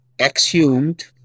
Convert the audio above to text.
exhumed